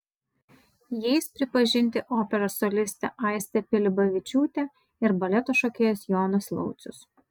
jais pripažinti operos solistė aistė pilibavičiūtė ir baleto šokėjas jonas laucius